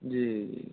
जी जी